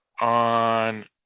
on